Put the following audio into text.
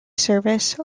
service